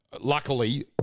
Luckily